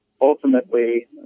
ultimately